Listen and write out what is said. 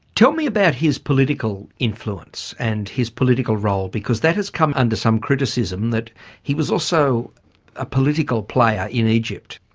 tell me about his political influence and his political role because that has come under some criticism that he was also a political player in egypt.